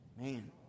Man